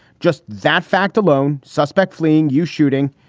just that fact alone. suspect fleeing you shooting.